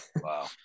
Wow